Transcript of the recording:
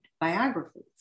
biographies